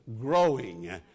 growing